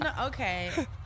Okay